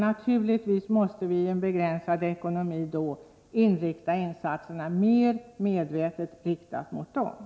Naturligtvis måste vi i en begränsad ekonomi mera medvetet rikta insatserna mot dessa grupper.